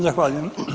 Zahvaljujem.